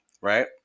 right